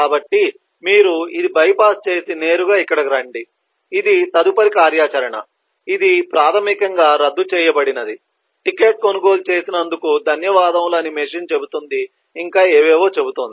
కాబట్టి మీరు ఇది బైపాస్ చేసి నేరుగా ఇక్కడకు రండి ఇది తదుపరి కార్యాచరణ ఇది ప్రాథమికంగా రద్దు చేయబడినది టికెట్ కొనుగోలు చేసినందుకు ధన్యవాదాలు అని మెషిన్ చెబుతుంది ఇంకా ఏవేవో చెబుతుంది